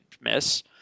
miss